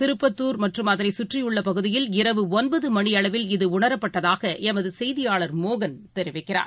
திருப்பத்தூர் மற்றம் அதனைச் சுற்றியுள்ளபகுதியில் இரவு ஒன்பதுமணியளவில் இத உணரப்பட்டதாகஎமதுசெய்தியாளர் மோகன் தெரிவிக்கிறார்